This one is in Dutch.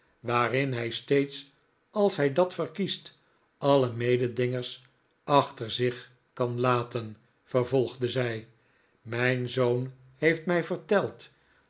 waarin hij steeds als hij dat verkiest alle mededingers achter zich kan laten vervolgde zij mijn zoon heeft mij verteld